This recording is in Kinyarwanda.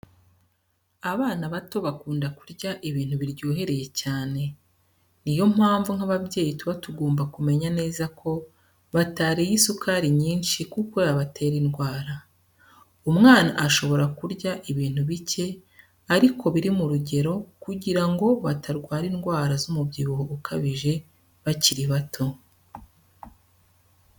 Abana bato bakunda kurya ibintu biryohereye cyane, ni yo mpamvu nk'ababyeyi tuba tugomba kumenya neza ko batariye isukari nyinshi kuko yabatera indwara. Umwana ashobora kurya ibintu bike ariko biri mu rugero kugira ngo batarwara indwara z'umubyibuho ukabije bakiri bato.